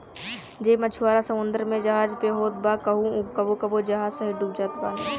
जे मछुआरा समुंदर में जहाज पे होत बा उहो कबो कबो जहाज सहिते डूब जात बाने